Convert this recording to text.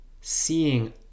seeing